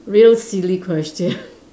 real silly question